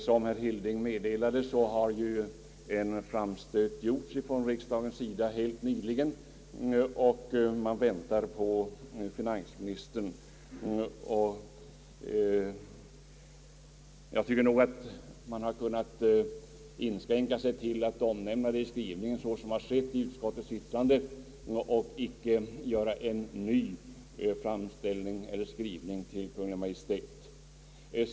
Som herr Hilding meddelade har en framstöt gjorts från riksdagens sida helt nyligen, och man väntar på finansministerns beslut. Jag tycker nog att man borde kunnat inskränka sig till att omnämna det i skrivningen i utskottets utlåtande och inte göra en ny framställning till Kungl. Maj:t.